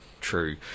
true